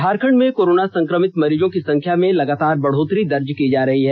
झारखंड में कोरोना संकमित मरीजों की संख्या में लगातार बढ़ोत्तरी दर्ज की जा रही है